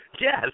Yes